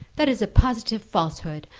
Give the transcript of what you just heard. that is a positive falsehood.